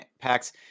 packs